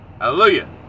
hallelujah